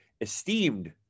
esteemed